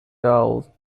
dull